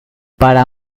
para